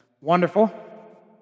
wonderful